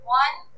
one